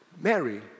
Mary